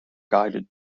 guided